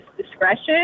discretion